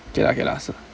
okay lah okay lah so